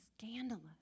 scandalous